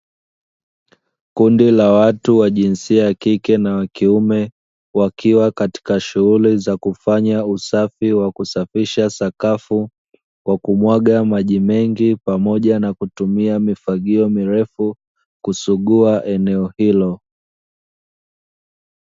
Kundi la watu wa jinsia ya kike na wa kiume, wakiwa katika shughuli za kufanya usafi wa kusafisha sakafu kwa kumwaga maji mengi pamoja na kutumia mifagio mirefu kusugua eneo hilo.